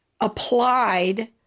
applied